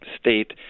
state